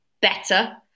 better